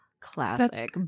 classic